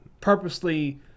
purposely